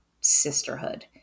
sisterhood